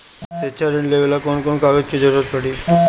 शिक्षा ऋण लेवेला कौन कौन कागज के जरुरत पड़ी?